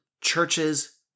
churches